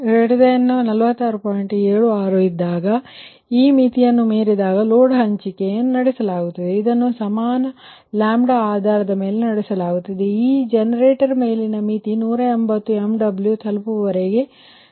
76 ಇದ್ದಾಗ ಮತ್ತು ಈ ಮಿತಿಯನ್ನು ಮೀರಿದಾಗ ಲೋಡ್ ಹಂಚಿಕೆ ನಡೆಸಲಾಗುತ್ತದೆ ಇದನ್ನು ಸಮಾನ ಆಧಾರದ ಮೇಲೆ ನಡೆಸಲಾಗುತ್ತದೆ ಮತ್ತು ಜನರೇಟರ್ ಮೇಲಿನ ಮಿತಿ 180 MW ತಲುಪುವವರೆಗೆ ನಡೆಸಲಾಗುತ್ತದೆ